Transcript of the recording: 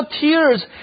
tears